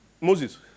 Moses